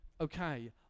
okay